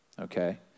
Okay